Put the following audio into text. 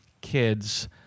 kids